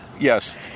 Yes